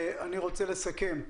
אני רוצה לסכם.